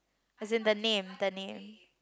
as in the name the name